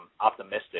optimistic